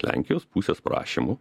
lenkijos pusės prašymu